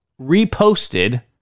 reposted